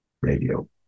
radio